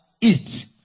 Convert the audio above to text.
eat